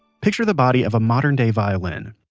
picture the body of a modern-day violin.